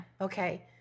Okay